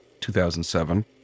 2007